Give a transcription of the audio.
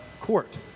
court